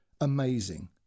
amazing